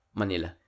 manila